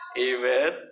Amen